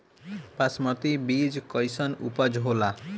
बासमती बीज कईसन उपज होला?